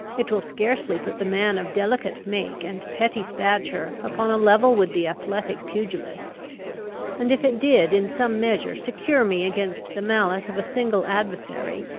it will scarcely put the man of delicate make and petty stature upon a level with the athletic pugilist and, if it did in some measure secure me against the malice of a single adversary,